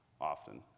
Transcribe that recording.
often